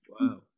Wow